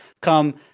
come